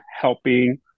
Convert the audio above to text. helping